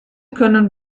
können